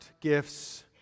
gifts